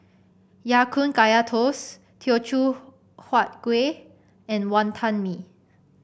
Ya Kun Kaya Toast Teochew Huat Kueh and Wonton Mee